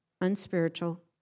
unspiritual